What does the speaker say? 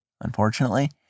unfortunately